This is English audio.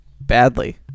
Badly